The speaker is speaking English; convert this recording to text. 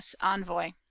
envoy